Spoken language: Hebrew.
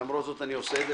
למרות זאת, אני עושה את זה.